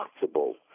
possible